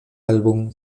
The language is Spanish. álbum